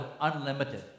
unlimited